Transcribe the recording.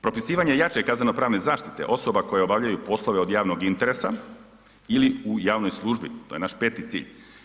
Propisivanje jače kaznenopravne zaštite osoba koje obavljaju poslove od javnog interesa ili u javnoj službi, to je naš peti cilj.